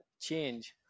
change